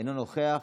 אינו נוכח,